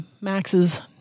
Max's